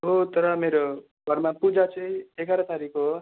हो तर मेरो घरमा पूजा चाहिँ एघार तारिक हो